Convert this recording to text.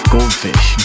Goldfish